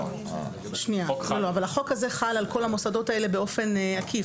אבל החוק הזה חל על כל המוסדות האלה באופן עקיף.